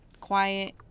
quiet